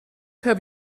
have